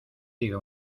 diga